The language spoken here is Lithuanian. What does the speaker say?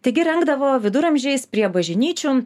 taigi rengdavo viduramžiais prie bažnyčių